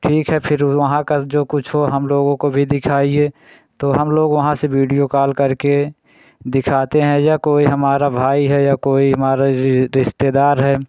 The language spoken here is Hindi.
ठीक है फिर वहाँ का जो कुछ हो हम लोगों को भी दिखाइए तो हम लोग वहाँ से वीडियो काॅल करके दिखाते हैं या कोई हमारा भाई है या कोई हमारा री रिश्तेदार है